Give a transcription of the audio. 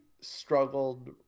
struggled